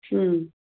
ਹੁੰ